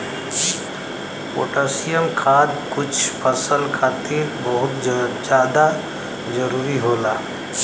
potassium खाद कुछ फसल खातिर बहुत जादा जरूरी होला